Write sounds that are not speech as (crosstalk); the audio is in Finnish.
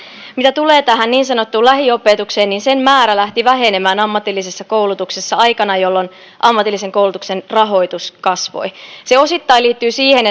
mitä tulee tähän niin sanottuun lähiopetukseen niin sen määrä lähti vähenemään ammatillisessa koulutuksessa aikana jolloin ammatillisen koulutuksen rahoitus kasvoi se osittain liittyy siihen (unintelligible)